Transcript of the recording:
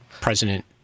President